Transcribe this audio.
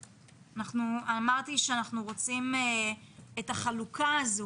אמרתי שאנחנו רוצים את החלוקה הזו,